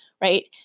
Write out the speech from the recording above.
Right